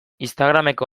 instagrameko